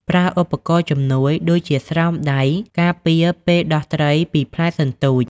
ប្រើឧបករណ៍ជំនួយ ដូចជាស្រោមដៃការពារពេលដោះត្រីពីផ្លែសន្ទូច។